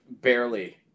barely